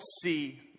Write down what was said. see